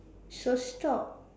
so stop